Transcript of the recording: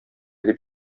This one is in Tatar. дип